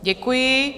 Děkuji.